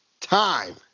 time